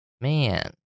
Man